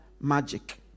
magic